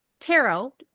tarot